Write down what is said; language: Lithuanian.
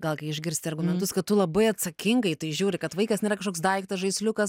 gal kai išgirsti argumentus kad tu labai atsakingai į tai žiūri kad vaikas nėra kažkoks daiktas žaisliukas